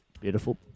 Beautiful